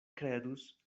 kredus